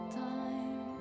time